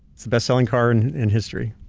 it's the best selling car and in history.